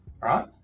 right